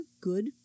good